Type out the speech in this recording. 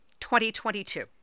2022